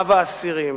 רב האסירים,